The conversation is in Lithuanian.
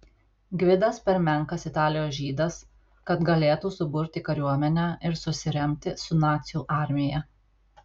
gvidas per menkas italijos žydas kad galėtų suburti kariuomenę ir susiremti su nacių armija